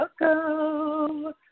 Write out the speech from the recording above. Welcome